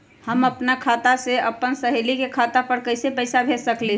हम अपना खाता से अपन सहेली के खाता पर कइसे पैसा भेज सकली ह?